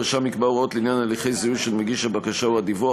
הרשם יקבע הוראות לעניין הליכי זיהוי של מגיש הבקשה או הדיווח,